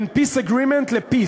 בין Peace Agreement ל-Peace.